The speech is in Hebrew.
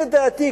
לדעתי,